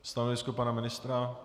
Stanovisko pana ministra?